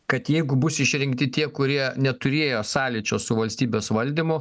kad jeigu bus išrinkti tie kurie neturėjo sąlyčio su valstybės valdymu